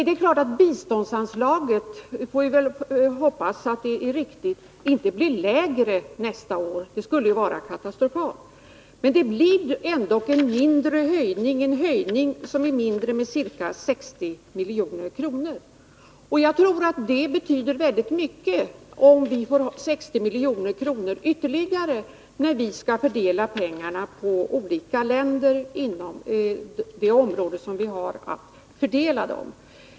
Det är klart att biståndsanslaget — det får vi verkligen hoppas — inte blir lägre nästa år; det skulle vara katastrofalt. Men höjningen minskar med 60 milj.kr. Jag tror att det betyder väldigt mycket, om vi får 60 milj.kr. ytterligare när vi skall fördela pengarna på de olika länderna inom det område där vi har att fördela dem.